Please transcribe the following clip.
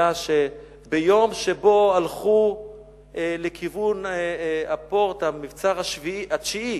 היה שביום שבו הלכו לכיוון ה"פורט", המבצר התשיעי,